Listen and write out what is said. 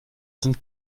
sind